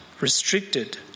restricted